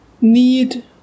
need